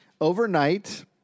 Overnight